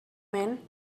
man